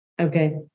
Okay